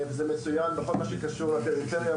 זה מצוין בכל מה שקשור לפריפריה,